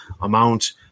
amount